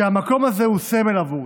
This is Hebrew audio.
שהמקום הזה הוא סמל בעבורי,